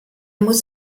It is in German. muss